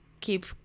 keep